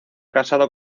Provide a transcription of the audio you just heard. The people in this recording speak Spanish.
casado